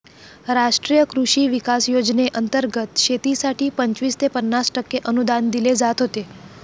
राष्ट्रीय कृषी विकास योजनेंतर्गत शेतीसाठी पंचवीस ते पन्नास टक्के अनुदान दिले जात होते